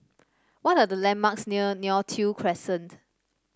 what are the landmarks near Neo Tiew Crescent